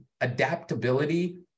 adaptability